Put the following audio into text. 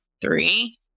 three